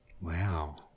Wow